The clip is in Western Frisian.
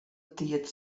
tiid